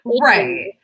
Right